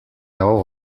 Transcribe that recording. dago